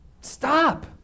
Stop